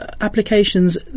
applications